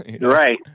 right